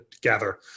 gather